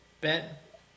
Bet